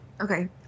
Okay